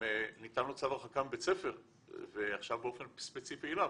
אם ניתן לו צו הרחקה מבית ספר ועכשיו באופן ספציפי ---,